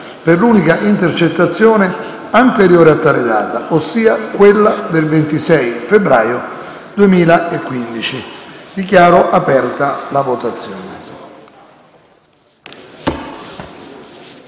per l'unica intercettazione anteriore a tale data, ossia quella del 26 febbraio 2015. *(Segue la votazione)*.